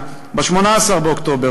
ב-13 באוקטובר,